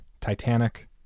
Titanic